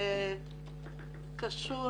שקשור